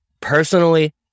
Personally